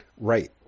Right